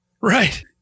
Right